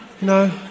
No